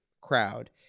crowd